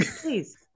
Please